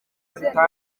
zitanga